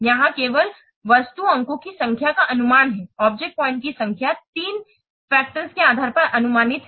यहाँ केवल वस्तु अंकों की संख्या का अनुमान है ऑब्जेक्ट पॉइंट की संख्या तीन कारकों के आधार पर अनुमानित है